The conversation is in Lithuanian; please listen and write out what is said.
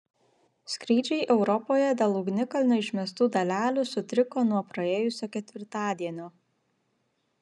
skrydžiai europoje dėl ugnikalnio išmestų dalelių sutriko nuo praėjusio ketvirtadienio